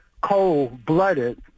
cold-blooded